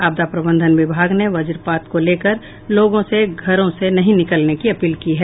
आपदा प्रबंधन विभाग ने वज्रपात को लेकर लोगों से घरों से नहीं निकलने की अपील की है